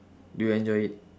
do you enjoy it